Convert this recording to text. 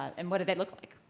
and what do they look like?